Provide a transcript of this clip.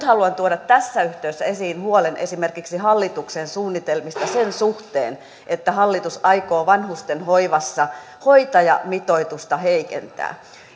haluan tuoda tässä yhteydessä esiin huolen esimerkiksi hallituksen suunnitelmista sen suhteen että hallitus aikoo vanhustenhoivassa hoitajamitoitusta heikentää